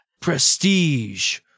Prestige